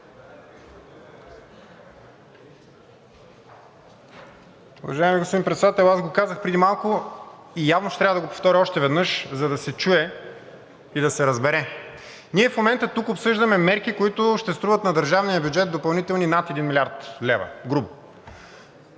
Уважаеми господин Председател! Аз го казах преди малко и явно ще трябва да го повторя още веднъж, за да се чуе и да се разбере. Ние в момента тук обсъждаме мерки, които ще струват на държавния бюджет допълнително над 1 млрд. лв. грубо.